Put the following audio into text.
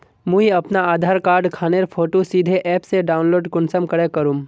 मुई अपना आधार कार्ड खानेर फोटो सीधे ऐप से डाउनलोड कुंसम करे करूम?